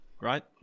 Right